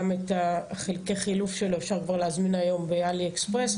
גם את חלקי החילוף שלו אפשר כבר להזמין היום באלי אקספרס,